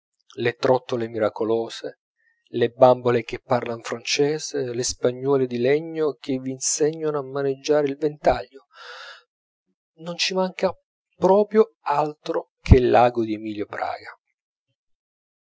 le trottole miracolose le bambole che parlan francese le spagnuole di legno che v'insegnano a maneggiare il ventaglio non ci manca proprio altro che l'ago di emilio praga